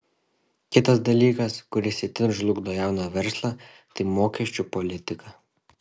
kitas dalykas kuris itin žlugdo jauną verslą tai mokesčių politika